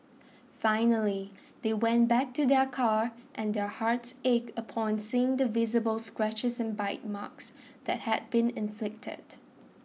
finally they went back to their car and their hearts ached upon seeing the visible scratches and bite marks that had been inflicted